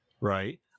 Right